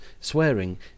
Swearing